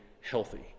healthy